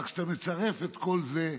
אבל כשאתה מצרף את כל זה,